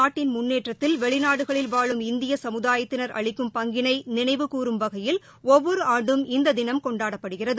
நாட்டின் முன்னேற்றத்தில் வெளிநாடுகளில் வாழும் இந்திய சமுதாயத்தினர் அளிக்கும் பங்கினை நினைவு கூறும் வகையில் ஒவ்வொரு ஆண்டும் இந்த தினம் கொண்டாடப்படுகிறது